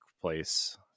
place